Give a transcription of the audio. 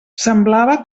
semblava